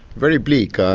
very bleak.